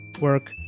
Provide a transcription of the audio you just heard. work